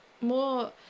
more